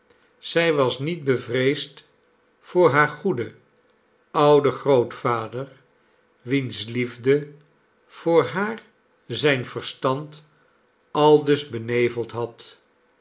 zij was nietbevreesd voor haar goeden ouden grootvader wiens liefde voor haar zijn verstand aldus beneveld had